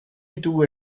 ditugu